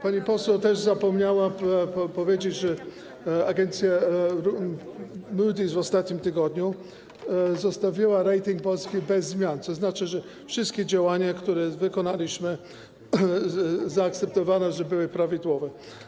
Pani poseł też zapomniała powiedzieć, że agencja Moody's w ostatnim tygodniu zostawiła rating Polski bez zmian, co znaczy, że wszystkie działania, które wykonaliśmy, zaakceptowano, że były prawidłowe.